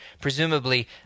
presumably